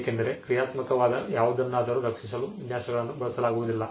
ಏಕೆಂದರೆ ಕ್ರಿಯಾತ್ಮಕವಾದ ಯಾವುದನ್ನಾದರೂ ರಕ್ಷಿಸಲು ವಿನ್ಯಾಸಗಳನ್ನು ಬಳಸಲಾಗುವುದಿಲ್ಲ